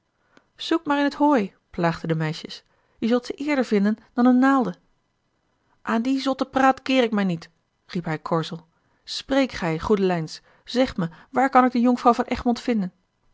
zoek maar in t hooi plaagden de meisjes je zult ze eerder vinden dan eene naalde aan die zotte praat keere ik mij niet riep hij korzel spreek gij goedelijns zeg me waar kan ik de jonkvrouw van egmond vinden